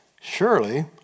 Surely